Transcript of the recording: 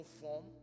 form